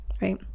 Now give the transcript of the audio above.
right